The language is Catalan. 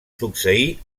succeí